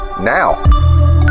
now